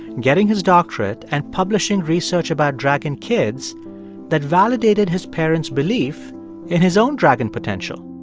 getting his doctorate and publishing research about dragon kids that validated his parents' belief in his own dragon potential